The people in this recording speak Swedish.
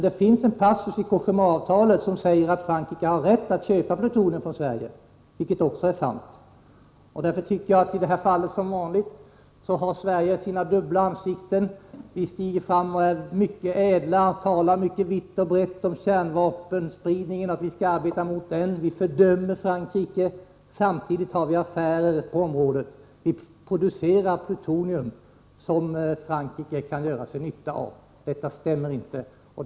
Det finns en passus i Cogéma-avtalet som säger att Frankrike har rätt att köpa plutonium från Sverige, vilket också är sant. Därför tycker jag att Sverige som vanligt i det här fallet visar sina dubbla ansikten. Vi talar vitt och brett om att vi skall arbeta mot kärnvapenspridningen. Vi fördömer Frankrike. Samtidigt har vi affärer med Frankrike på området. Vi producerar plutonium som Frankrike kan nyttiggöra sig. Vårt tal stämmer ju inte.